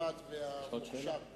הנכבד והמוכשר.